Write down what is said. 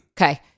Okay